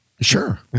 Sure